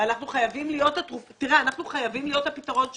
ואנחנו חייבים להיות הפתרון שלהם.